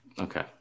Okay